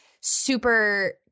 super